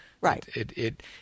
Right